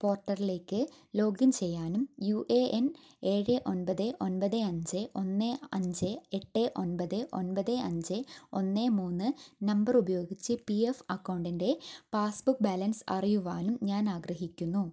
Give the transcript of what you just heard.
പോർട്ടറിലേക്ക് login ചെയ്യാനും U A N ഏഴ് ഒൻപത് ഒൻപത് അഞ്ച് ഒന്ന് അഞ്ച് എട്ട് ഒൻപത് ഒൻപത് അഞ്ച് ഒന്ന് മൂന്ന് നമ്പർ ഉപയോഗിച്ച് പി എഫ് അക്കൗണ്ടിൻ്റെ പാസ്ബുക്ക് ബാലൻസ് അറിയുവാനും ഞാൻ ആഗ്രഹിക്കുന്നു